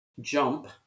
jump